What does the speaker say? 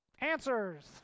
Answers